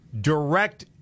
direct